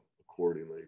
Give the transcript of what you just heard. accordingly